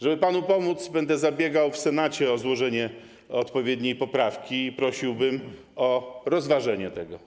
Żeby panu pomóc, będę zabiegał w Senacie o złożenie odpowiedniej poprawki i prosiłbym o rozważenie tego.